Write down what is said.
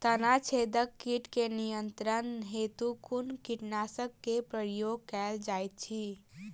तना छेदक कीट केँ नियंत्रण हेतु कुन कीटनासक केँ प्रयोग कैल जाइत अछि?